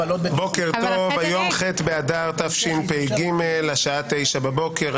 בוקר טוב, היום ח' באדר התשפ"ג, השעה 9:00 בבוקר.